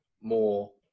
more